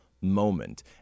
moment